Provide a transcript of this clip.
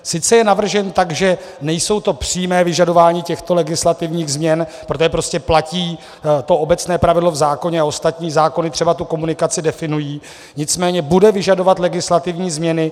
Sice je navržen tak, že to není přímé vyžadování těchto legislativních změn, protože prostě platí to obecné pravidlo v zákoně a ostatní zákony třeba tu komunikaci definují, nicméně bude vyžadovat legislativní změny.